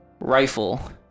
rifle